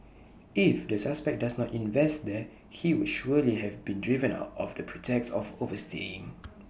if the suspect does not invest there he would surely have been driven out of the pretext of overstaying